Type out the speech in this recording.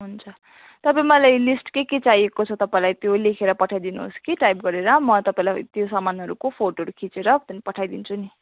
हुन्छ तपाईँ मलाई लिस्ट के के चाहिएको छ तपाईँलाई त्यो लेखेर पठाइ दिनुहोस् कि टाइप गरेर म तपाईँलाई त्यो सामानहरूको फोटोहरू खिचेर त्यहाँदेखि पठाइदिन्छु नि